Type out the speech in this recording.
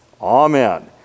Amen